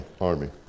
army